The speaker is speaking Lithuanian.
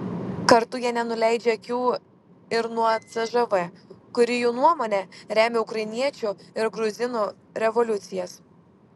kartu jie nenuleidžia akių ir nuo cžv kuri jų nuomone rėmė ukrainiečių ir gruzinų revoliucijas